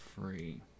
Free